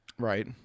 Right